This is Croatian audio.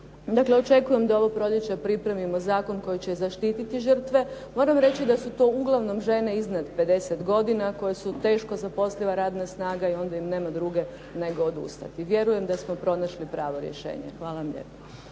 Dakle, očekujem da ovo proljeće pripravimo zakon koji će zaštiti žrtve. Moram reći da su to uglavnom žene iznad 50 godina koje su teško zaposliva radna snaga, onda im nema druge nego odustati. Vjerujem da smo pronašli pravo rješenje. Hvala vam lijepa.